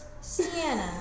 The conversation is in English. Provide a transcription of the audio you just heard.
Sienna